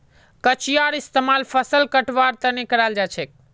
कचियार इस्तेमाल फसल कटवार तने कराल जाछेक